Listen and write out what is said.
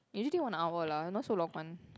usually one hour lah not so long one